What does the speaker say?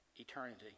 eternity